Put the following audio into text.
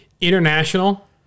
International